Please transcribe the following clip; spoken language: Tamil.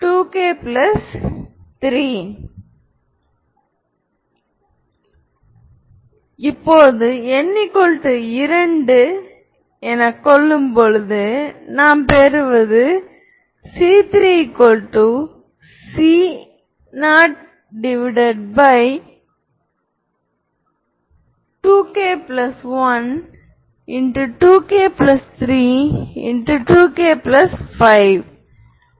லீனியர்லி இன்டெபேன்டென்ட் ஆக இருந்தால் முந்தைய வீடியோவில் விளக்கப்பட்டுள்ள கிரஹாம் ஸ்மித் செயல்முறை மூலம் நீங்கள் அவற்றை ஆர்த்தோகோனலாக மாற்றலாம்